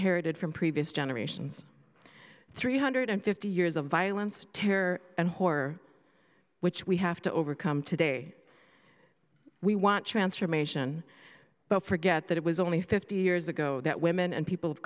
heritage from previous generations three hundred fifty years of violence terror and horror which we have to overcome today we want transformation but forget that it was only fifty years ago that women and people of